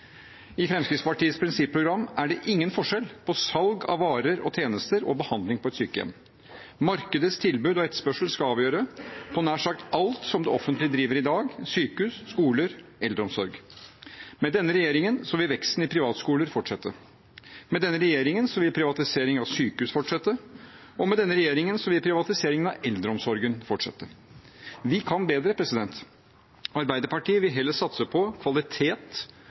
I Fremskrittspartiets prinsipprogram er det ingen forskjell på salg av varer og tjenester og behandling på et sykehjem. Markedets tilbud og etterspørsel skal avgjøre innenfor nær sagt alt det offentlige driver i dag – sykehus, skoler, eldreomsorg. Med denne regjeringen vil veksten i privatskoler fortsette. Med denne regjeringen vil privatisering av sykehus fortsette. Med denne regjeringen vil privatiseringen av eldreomsorgen fortsette. Vi kan bedre. Arbeiderpartiet vil heller satse på kvalitet